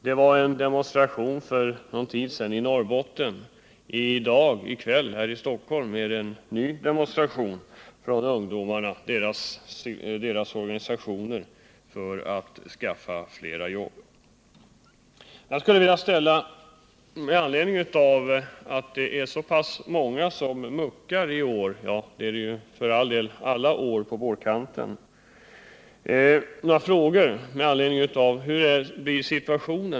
För någon tid sedan genomfördes en demonstration i Norrbotten, och en ny demonstration för att skaffa fler jobb åt ungdomarna äger rum i kväll här i Stockholm. I vår skall liksom tidigare år många ungdomar rycka ut från värnplikten, och jag skulle vilja ställa några frågor i anslutning till detta.